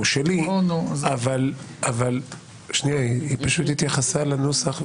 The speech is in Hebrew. הוא שלי ------ היא התייחסה לנוסח.